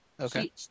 Okay